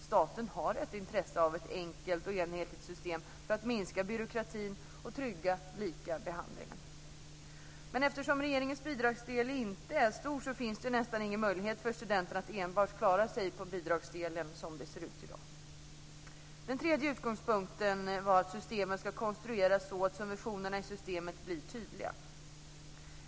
Staten har ett intresse av ett enkelt och enhetligt system för att minska byråkratin och trygga lika behandling. Eftersom regeringens föreslagna bidragsdel inte är stor finns det, som det ser ut i dag, nästan ingen möjlighet för studenterna att enbart klara sig på bidragsdelen. Den tredje utgångspunkten var att systemet ska konstrueras så att subventionerna i systemet blir tydliga.